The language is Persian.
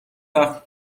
وقت